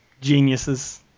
Geniuses